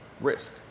risk